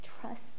trust